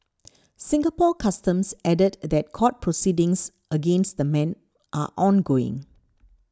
Singapore Customs added that court proceedings against the men are ongoing